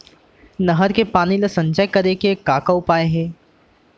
नहर के पानी ला संचय करे के का उपाय हे?